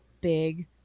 big